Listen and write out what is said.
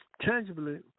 tangibly